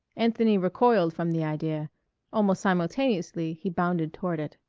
anthony recoiled from the idea almost simultaneously he bounded toward it.